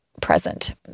present